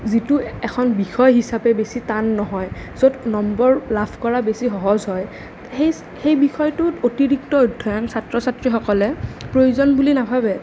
যিটো এখন বিষয় হিচাপে বেছি টান নহয় য'ত নম্বৰ লাভ কৰা বেছি সহজ হয় সেই সেই বিষয়টোত অতিৰিক্ত অধ্যয়ন ছাত্ৰ ছাত্ৰীসকলে প্ৰয়োজন বুলি নাভাৱে